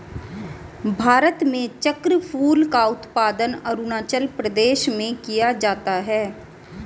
भारत में चक्रफूल का उत्पादन अरूणाचल प्रदेश में किया जाता है